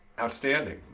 Outstanding